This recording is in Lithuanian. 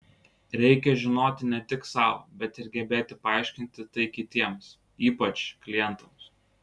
reikia žinoti ne tik sau bet ir gebėti paaiškinti tai kitiems ypač klientams